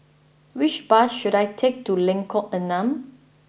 which bus should I take to Lengkok Enam